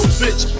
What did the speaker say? bitch